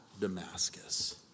Damascus